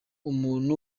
umuntu